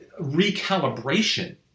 recalibration